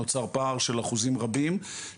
נוצר פער של אחוזים רבים ביניהם והפער הזה,